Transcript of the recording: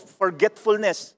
forgetfulness